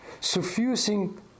suffusing